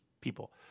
people